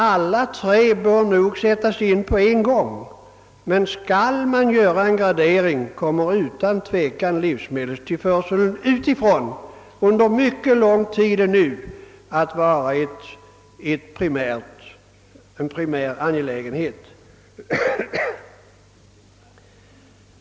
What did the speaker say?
Alla tre bör nog sättas in på en gång, men skall man göra en gradering kommer utan tvivel livsmedelstillförsel utifrån under mycket lång tid ännu att vara en primär angelägenhet.